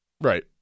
Right